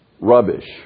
rubbish